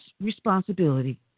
responsibility